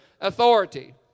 authority